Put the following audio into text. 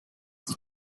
the